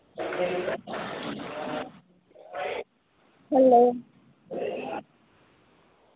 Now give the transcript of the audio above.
hello